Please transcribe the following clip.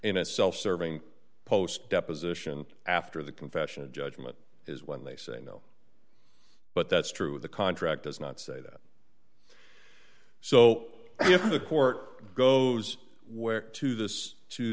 a self serving post deposition after the confession of judgment is when they say no but that's true the contract does not say that so if the court goes where to this to